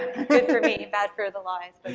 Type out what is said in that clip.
good for me, bad for the law i suppose.